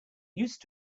used